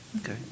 Okay